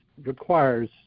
requires